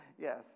Yes